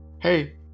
Hey